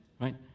right